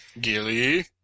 Gilly